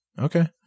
Okay